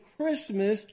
Christmas